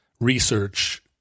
research